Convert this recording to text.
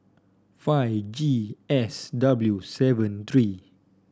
five G S W seven three